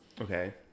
Okay